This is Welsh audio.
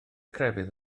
crefydd